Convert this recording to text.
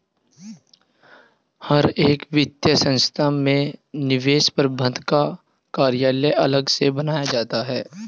हर एक वित्तीय संस्था में निवेश प्रबन्धन का कार्यालय अलग से बनाया जाता है